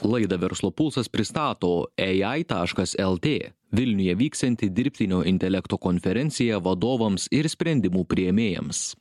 laidą verslo pulsas pristato ai taškas lt vilniuje vyksiantį dirbtinio intelekto konferenciją vadovams ir sprendimų priėmėjams